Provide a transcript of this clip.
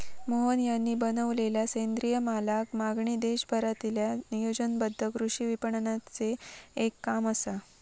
मोहन यांनी बनवलेलला सेंद्रिय मालाक मागणी देशभरातील्या नियोजनबद्ध कृषी विपणनाचे एक काम असा